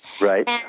Right